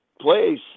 place